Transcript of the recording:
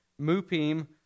Mupim